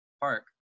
park